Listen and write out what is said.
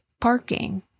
Parking